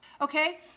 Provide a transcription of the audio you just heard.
Okay